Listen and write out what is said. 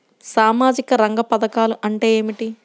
సామాజిక రంగ పధకాలు అంటే ఏమిటీ?